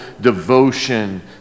devotion